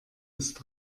ist